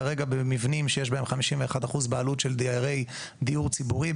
כרגע במבנים שיש בהם 51 אחוזי בעלות של דיירי דיור ציבורי,